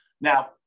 Now